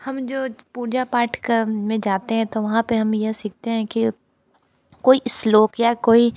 हम जो पूजा पाठ करने जाते हैं तो वहाँ पर हम यह सीखते हैं कि कोई श्लोक या कोई